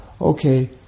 Okay